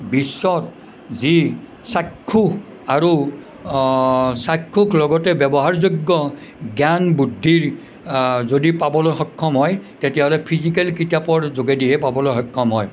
বিশ্বত যি চাক্ষুস আৰু চাক্ষুস লগতে ব্য়ৱহাৰযোগ্য় জ্ঞান বুদ্ধিৰ যদি পাবলৈ সক্ষম হয় তেতিয়াহ'লে ফিজিকেল কিতাপৰ যোগেদিহে পাবলৈ সক্ষম হয়